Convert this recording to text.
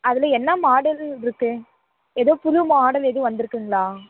அதில் என்ன மாடலு இருக்குது ஏதோ புது மாடல் எதுவும் வந்திருக்குங்களா